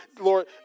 Lord